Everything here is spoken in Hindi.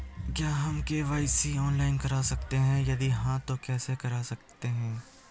क्या हम के.वाई.सी ऑनलाइन करा सकते हैं यदि हाँ तो कैसे करा सकते हैं?